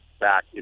back